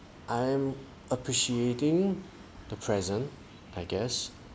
I'm appreciating the present I guess